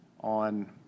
on